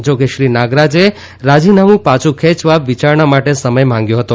જા કે શ્રી નાગરાજે રાજીનામુ ાછૂ ખેંચવા વિચારણા માટે સમય માગ્યો હતો